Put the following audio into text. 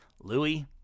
Louis